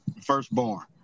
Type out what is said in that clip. firstborn